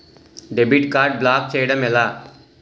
Debit card block చేయటం ఎలా?